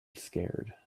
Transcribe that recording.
scared